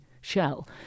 shell